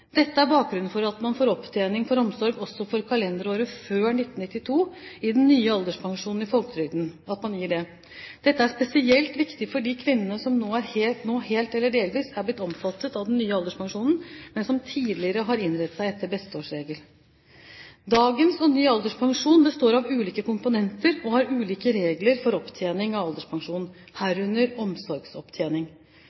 Dette er bakgrunnen for at man får opptjening for omsorg også for kalenderår før 1992 i den nye alderspensjonen i folketrygden. Dette er spesielt viktig for de kvinnene som nå helt eller delvis er blitt omfattet av den nye alderspensjonen, men som tidligere har innrettet seg etter en besteårsregel. Dagens og ny alderspensjon består av ulike komponenter og har ulike regler for opptjening av alderspensjon,